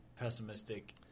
pessimistic